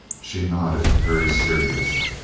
she nodded, very serious.